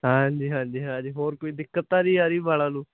ਹਾਂਜੀ ਹਾਂਜੀ ਹਾਂਜੀ ਹੋਰ ਕੋਈ ਦਿੱਕਤ ਤਾਂ ਨੀ ਆ ਰਹੀ ਵਾਲਾਂ ਨੂੰ